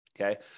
okay